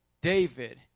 David